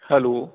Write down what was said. hello